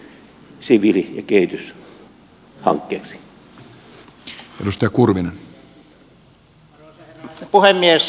arvoisa herra puhemies